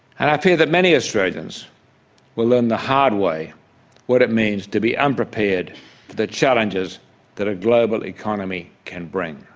i fear that many australians will learn the hard way what it means to be unprepared for the challenges that a global economy can bring.